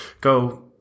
go